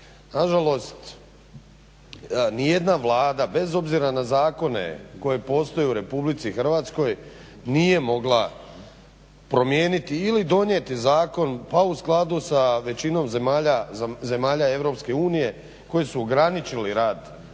Na žalost, ni jedna Vlada bez obzira na zakone koji postoje u Republici Hrvatskoj nije mogla promijeniti ili donijeti zakon, pa u skladu sa većinom zemalja EU koji su ograničili rad nedjeljom.